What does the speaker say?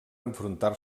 enfrontar